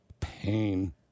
pain